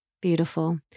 Beautiful